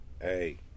Hey